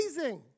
amazing